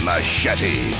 Machete